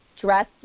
dress